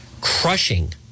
crushing